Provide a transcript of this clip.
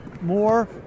more